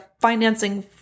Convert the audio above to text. financing